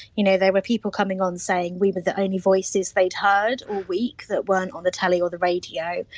you know there were people coming on saying we were the only voices they'd heard all week that weren't on the telly or the radio.